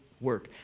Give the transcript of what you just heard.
work